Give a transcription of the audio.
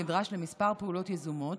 נדרש למספר פעולות יזומות